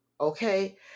okay